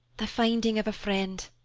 the finding of a friend.